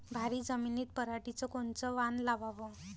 भारी जमिनीत पराटीचं कोनचं वान लावाव?